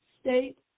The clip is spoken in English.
State